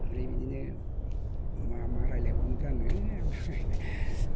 आरो बिदिनो मा मा रायज्लायबावनो ब्रा आङो